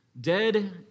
Dead